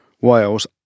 Wales